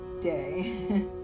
day